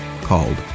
called